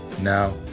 now